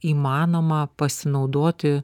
įmanoma pasinaudoti